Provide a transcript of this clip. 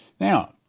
Now